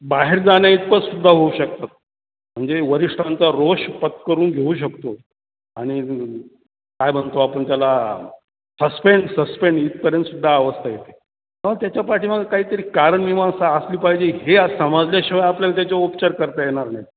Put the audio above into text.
बाहेर जाण्याइतपत सुद्धा होऊ शकतात म्हणजे वरिष्ठांचा रोष पत्करून घेऊ शकतो आणि काय म्हणतो आपण त्याला सस्पेंड सस्पेंड इथपर्यंत सुद्धा अवस्था येते तेव्हा त्याच्या पाठीमागे मला काहीतरी कारणमीमांसा असली पाहिजे हे आज समजल्याशिवाय आपल्याला त्याच्या उपचार करता येणार नाहीत